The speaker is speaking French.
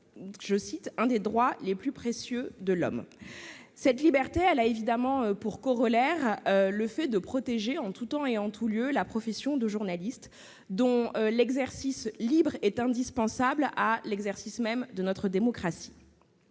« un des droits les plus précieux de l'homme ». Cette liberté a évidemment pour corollaire le fait de protéger en tout temps et en tout lieu la profession de journaliste, dont l'exercice libre est indispensable à celui de notre démocratie